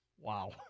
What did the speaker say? Wow